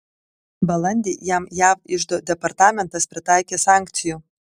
balandį jam jav iždo departamentas pritaikė sankcijų